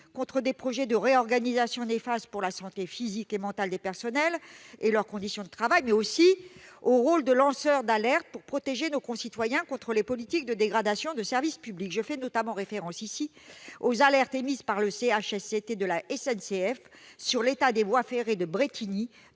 contre des projets de réorganisation néfastes pour la santé physique et mentale des personnels, et leurs conditions de travail, mais aussi à leur rôle de lanceur d'alerte pour protéger nos concitoyens contre les politiques de dégradation du service public. Je pense en particulier aux alertes émises par le CHSCT de la SNCF sur l'état des voies ferrées de Brétigny,